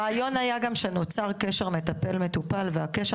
הרעיון היה שנוצר קשר מטפל-מטופל והקשר